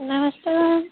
नमस्ते मैम